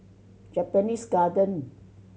Japanese Garden